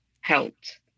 helped